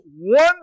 one